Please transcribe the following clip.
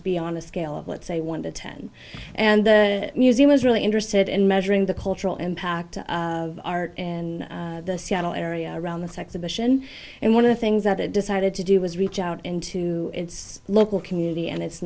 to be on a scale of let's say one to ten and the museum is really interested in measuring the cultural impact of art in the seattle area around this exhibition and one of the things that they decided to do was reach out into its local community and it